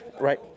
right